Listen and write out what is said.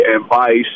advice